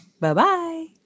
Bye-bye